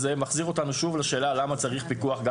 זה שוב מחזיר אותנו לשאלה למה צריך פיקוח גם